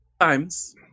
Times